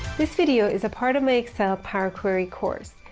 this video is a part of my excel power query course.